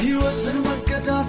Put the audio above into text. you know